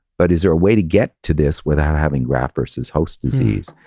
but is there a way to get to this without having graft versus host disease?